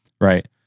right